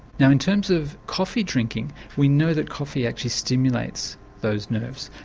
now in terms of coffee drinking we know that coffee actually stimulates those nerves.